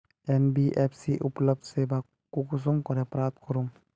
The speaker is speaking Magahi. एन.बी.एफ.सी उपलब्ध सेवा कुंसम करे प्राप्त करूम?